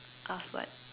ask what